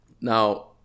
Now